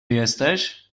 jesteś